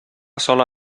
sola